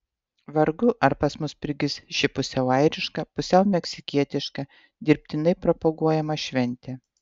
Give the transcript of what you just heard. vargu ar pas mus prigis ši pusiau airiška pusiau meksikietiška dirbtinai propaguojama šventė